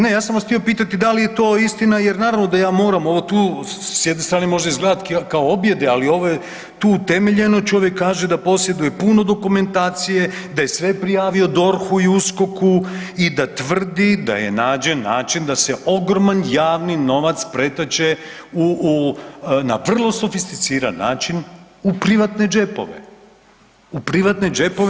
Ne ja sam vas htio pitati da li je to istina jer naravno da ja moram ovo tu s jedne strane može izgledat kao objede, ali ovo je tu utemeljeno, čovjek kaže da posjeduje puno dokumentacije, da je sve prijavio DORH-u i USKOK-u i da tvrdi da je nađen način da se ogroman javni novac pretače na vrlo sofisticiran način u privatne džepove, u privatne džepove.